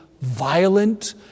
violent